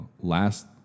last